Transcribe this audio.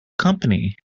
company